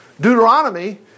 Deuteronomy